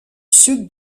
sud